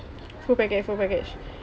full package full package